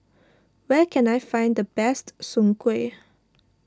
where can I find the best Soon Kway